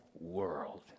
world